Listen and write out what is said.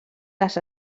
les